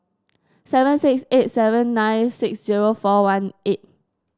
seven six eight seven nine six zero four one eight